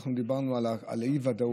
אנחנו דיברנו על האי-ודאות.